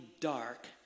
dark